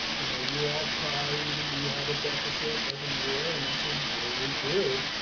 you know, you all cried and you have a deficit every year. and i said, well, we do,